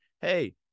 hey